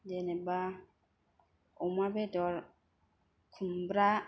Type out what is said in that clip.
जेनेबा अमा बेदर खुमब्रा